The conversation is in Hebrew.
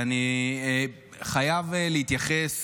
אני חייב להתייחס